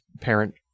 parent